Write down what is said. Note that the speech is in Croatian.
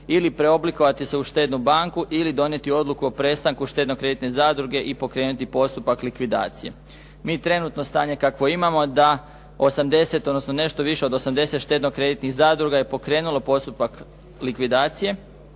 ili preoblikovati se u štednu banku ili donijeti odluku o prestanku štedno-kreditne zadruge i pokrenuti postupak likvidacije. Mi trenutno stanje kakvo imamo da 80 odnosno nešto više od 80 štedno-kreditnih zadruga je pokrenulo postupak likvidacije